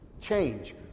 Change